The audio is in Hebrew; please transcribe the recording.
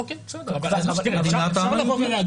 זו מדינת העם היהודי.